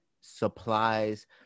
supplies